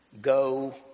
go